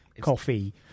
coffee